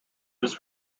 his